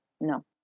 No